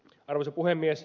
arvoisa puhemies